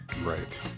Right